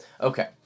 okay